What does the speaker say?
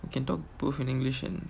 you can talk both in english and